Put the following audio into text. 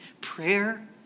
prayer